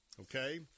Okay